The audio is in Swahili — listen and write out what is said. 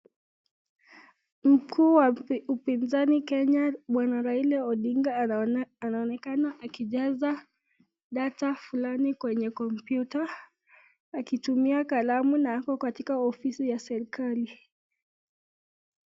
Mkuu wa upinzani Kenya bwana Raila Odinga anaonekana akijaza data fulani kwenye kompyuta akitumia kalamu na ako katika ofisi ya serikali.